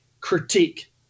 critique